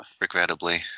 regrettably